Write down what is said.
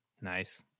Nice